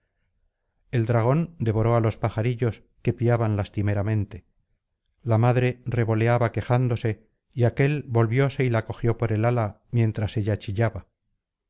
el dragón devoró á los pajarillos que piaban lastimeramente la madre revoleaba quejándose y aquél volvióse y la cogió por el ala mientras ella chillaba